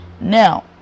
Now